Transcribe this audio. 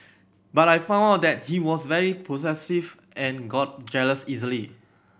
but I found out that he was very possessive and got jealous easily